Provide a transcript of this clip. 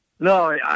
No